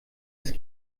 ist